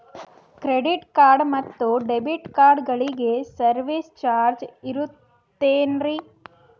Credit card ಮತ್ತು debit ಕಾರ್ಡಗಳಿಗೆ service charge ಇರುತೇನ್ರಿ?